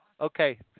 Okay